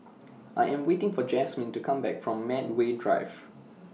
I Am waiting For Jasmin to Come Back from Medway Drive